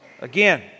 Again